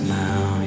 now